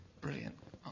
Brilliant